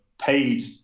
paid